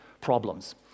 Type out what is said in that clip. problems